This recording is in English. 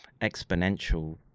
exponential